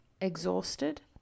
exhausted